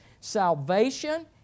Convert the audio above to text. Salvation